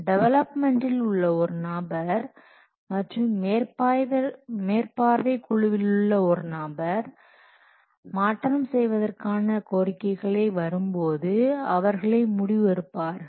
டெவலப்மெண்டில் உள்ள ஒரு நபர் மற்றும் மேற்பார்வை குழுவிலுள்ள ஒரு நபர் மாற்றம் செய்வதற்கான கோரிக்கைகள் வரும்போது அவர்களே முடிவு எடுப்பார்கள்